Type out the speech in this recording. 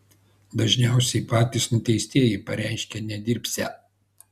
dažniausiai patys nuteistieji pareiškia nedirbsią